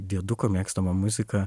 dieduko mėgstama muzika